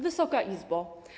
Wysoka Izbo!